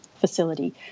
facility